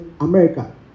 America